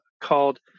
called